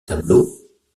tableaux